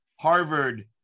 Harvard